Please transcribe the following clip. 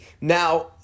Now